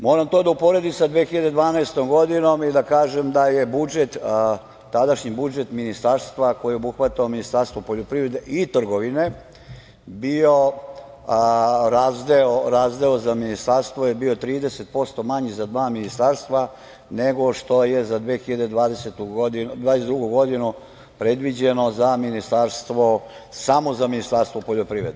Moram to da uporedim sa 2012. godinom i da kažem da je tadašnji budžet ministarstva koji je obuhvatao Ministarstvo poljoprivrede i trgovine, razdeo za ministarstvo je bio 30% manji za dva ministarstva nego što je za 2022. godinu predviđeno samo za Ministarstvo poljoprivrede.